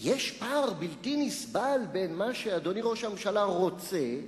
יש פער בלתי נסבל בין מה שאדוני ראש הממשלה רוצה,